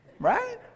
Right